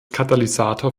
katalysator